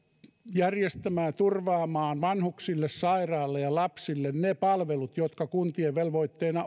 järjestämään turvaamaan vanhuksille sairaille ja lapsille ne palvelut jotka kuntien velvoitteena